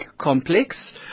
Complex